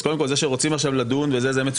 אז קודם כול זה שרוצים עכשיו לדון זה מצוין.